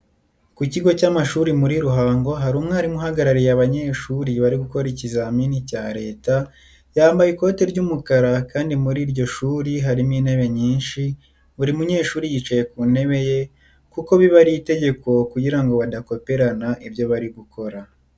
Ku kigo cy'amashuri muri Ruhango hari umwarimu uhagarariye abanyeshuri bari gukora ikizamini cya leta, yambaye ikote ry'umukara kandi muri iryo shuri harimo intebe nyinshi, buri munyeshuri yicaye ku ntebe ye kuko biba ari itegeko kugira ngo badakoperana ibyo bari gukora.